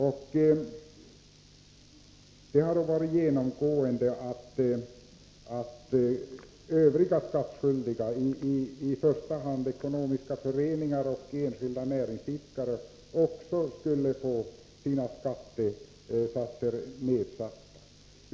Ett genomgående önskemål har varit att också övriga skattskyldiga, i första hand ekonomiska föreningar och enskilda näringsidkare, skulle kunna få sina skattesatser nedsatta.